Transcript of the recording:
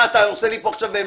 מה אתה עושה לי פה מעודד?